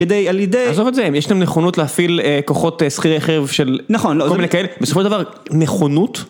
על ידי, עזוב את זה, אם יש להם נכונות להפעיל כוחות שכירי חרב של כל מיני כאלה, בסופו של דבר, נכונות?